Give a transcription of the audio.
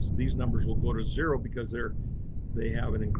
these numbers will go to zero because there they haven't. and